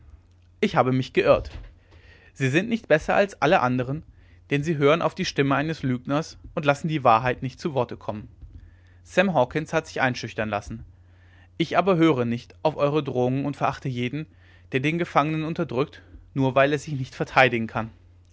ich habe mich geirrt sie sind nicht besser als alle andern denn sie hören auf die stimme eines lügners und lassen die wahrheit nicht zu worte kommen sam hawkens hat sich einschüchtern lassen ich aber höre nicht auf eure drohungen und verachte jeden der den gefangenen unterdrückt nur weil er sich nicht verteidigen kann